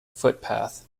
footpath